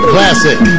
Classic